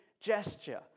gesture